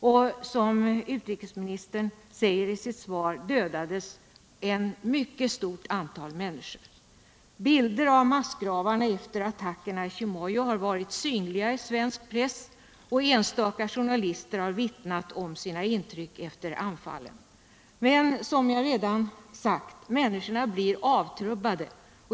Och som utrikesministern säger i sitt svar dödades ett mycket stort antal människor. Bilder av massgravarna efter attackerna i Chimoio har synts i svensk press, och enstaka journalister har vittnat om sina intryck efter anfallen. Men, som jag redan sagt, människorna blir avtrubbade.